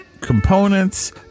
components